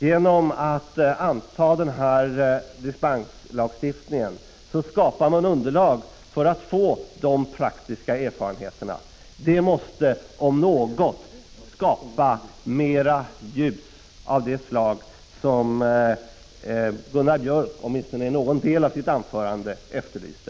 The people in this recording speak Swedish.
Genom att anta den nu föreslagna dispenslagstiftningen åstadkommer man ett underlag för att vi skall få dessa praktiska erfarenheter. Det, om något, måste skapa mera ljus av det slag som Gunnar Biörck, åtminstone i någon del av sitt anförande, efterlyste.